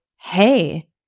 hey